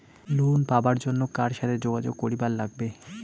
Loan পাবার জন্যে কার সাথে যোগাযোগ করিবার লাগবে?